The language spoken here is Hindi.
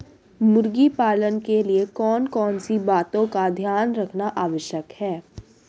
मुर्गी पालन के लिए कौन कौन सी बातों का ध्यान रखना आवश्यक है?